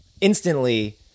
instantly